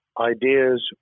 Ideas